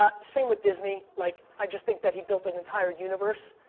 ah same with disney. like i just think that he built an entire universe.